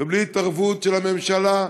ובלי התערבות של הממשלה,